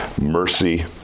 mercy